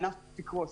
הענף יקרוס.